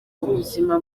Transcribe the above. ubuzima